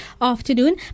afternoon